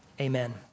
amen